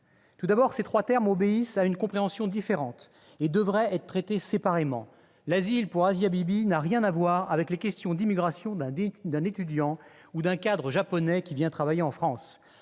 Tout d'abord, ces trois termes obéissent à une compréhension différente et devraient être traités séparément : l'asile pour Asia Bibi n'a rien à voir avec l'immigration d'un étudiant ou d'un cadre japonais qui vient travailler en France.